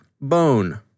bone